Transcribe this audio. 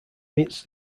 meets